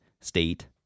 state